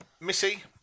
Missy